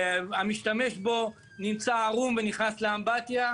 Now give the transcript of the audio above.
והמשתמש בו נמצא ערום ונכנס לאמבטיה,